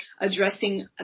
addressing